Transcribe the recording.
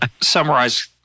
summarize